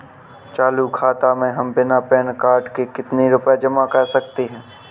चालू खाता में हम बिना पैन कार्ड के कितनी रूपए जमा कर सकते हैं?